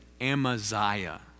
Amaziah